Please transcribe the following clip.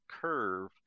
curve